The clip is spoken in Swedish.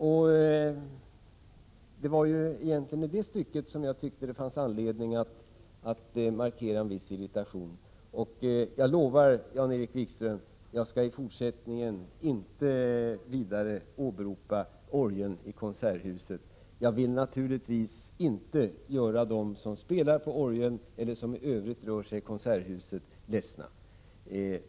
Och det var egentligen i det stycket som jag tyckte att det fanns anledning att markera en viss irritation. Jag lovar Jan-Erik Wikström att jag i fortsättningen inte vidare skall åberopa orgeln i konserthuset — jag vill naturligtvis inte göra dem som spelar på orgeln eller de som i övrigt rör sig i konserthuset ledsna.